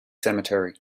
cemetery